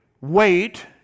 wait